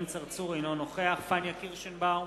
אינו נוכח פניה קירשנבאום,